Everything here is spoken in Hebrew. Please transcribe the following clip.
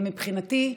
מבחינתי,